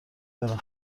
برم